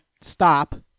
stop